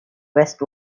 west